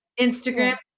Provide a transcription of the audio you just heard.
Instagram